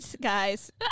guys